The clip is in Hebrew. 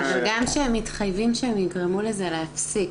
אבל גם כשהם מתחייבים שהם יגרמו לזה להפסיק